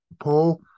Paul